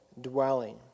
dwelling